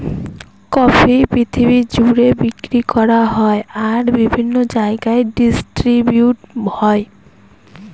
coffee পৃথিবী জুড়ে বিক্রি করা হয় আর বিভিন্ন জায়গায় ডিস্ট্রিবিউট হয়